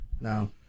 No